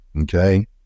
okay